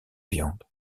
viande